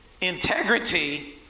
integrity